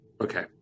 Okay